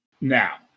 Now